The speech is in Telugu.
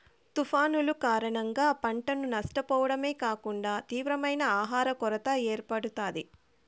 తుఫానులు కారణంగా పంటను నష్టపోవడమే కాకుండా తీవ్రమైన ఆహర కొరత ఏర్పడుతాది